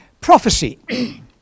Prophecy